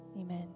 Amen